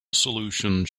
solutions